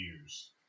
years